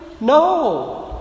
No